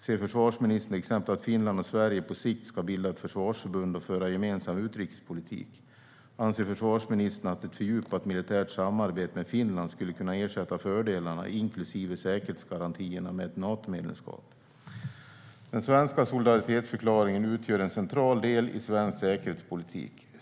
Ser försvarsministern till exempel att Finland och Sverige på sikt ska bilda ett försvarsförbund och föra gemensam utrikespolitik? Anser försvarsministern att ett fördjupat militärt samarbete med Finland skulle kunna ersätta fördelarna, inklusive säkerhetsgarantierna, med ett Natomedlemskap? Den svenska solidaritetsförklaringen utgör en central del i svensk säkerhetspolitik.